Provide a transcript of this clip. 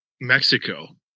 Mexico